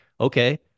okay